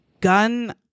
gun